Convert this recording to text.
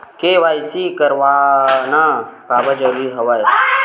KYC करवाना काबर जरूरी हवय?